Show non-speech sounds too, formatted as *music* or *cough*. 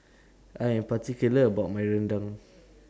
I Am particular about My Rendang *noise*